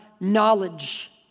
knowledge